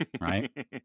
right